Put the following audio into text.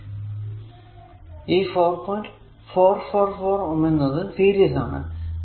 444 Ω എന്നത് സീരീസ് ആണ്